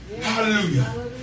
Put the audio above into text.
Hallelujah